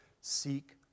Seek